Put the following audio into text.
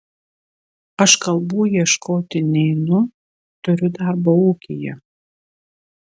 aš kalbų ieškoti neinu turiu darbo ūkyje